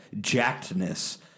jackedness